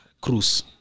Cruz